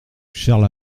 charles